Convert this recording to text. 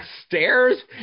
stairs